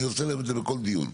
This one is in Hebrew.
אני עושה להם את זה בכל דיון.